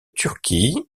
turquie